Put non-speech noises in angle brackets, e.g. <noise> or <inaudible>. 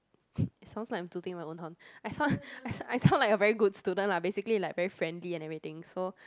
<breath> it sounds like I'm tooting my own horn I sound I I sound like a very good student lah basically like very friendly and everything so